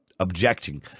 Objecting